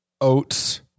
oats